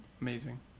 amazing